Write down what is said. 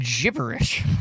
gibberish